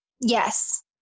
Yes